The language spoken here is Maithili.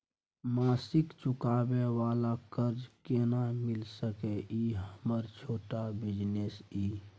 मासिक चुकाबै वाला कर्ज केना मिल सकै इ हमर छोट बिजनेस इ?